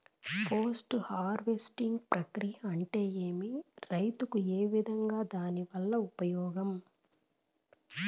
Post harvesting ప్రక్రియ అంటే ఏమి? రైతుకు ఏ విధంగా దాని వల్ల ఉపయోగం?